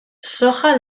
soja